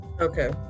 Okay